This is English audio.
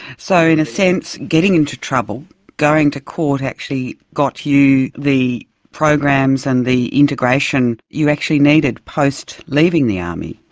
so in a sense, getting into trouble, going to court, actually got you the programs and the integration you actually needed post leaving the army?